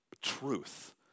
Truth